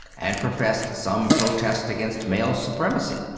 and professed some protest against male supremacy.